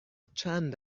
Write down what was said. چند